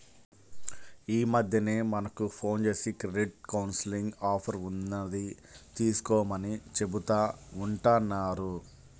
యీ మద్దెన మనకు ఫోన్ జేసి క్రెడిట్ కౌన్సిలింగ్ ఆఫర్ ఉన్నది తీసుకోమని చెబుతా ఉంటన్నారు